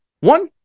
One